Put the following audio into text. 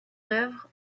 œuvre